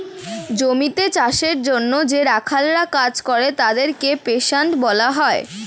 জমিতে চাষের জন্যে যে রাখালরা কাজ করে তাদেরকে পেস্যান্ট বলে